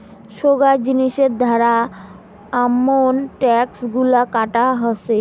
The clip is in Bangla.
সোগায় জিনিসের ধারা আমন ট্যাক্স গুলা কাটা হসে